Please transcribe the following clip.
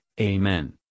amen